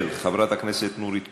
של חברת הכנסת נורית קורן.